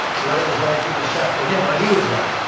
what it was like being the chef for him, what he was like,